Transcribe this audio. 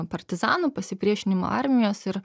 partizanų pasipriešinimo armijos ir